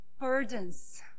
burdens